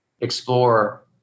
explore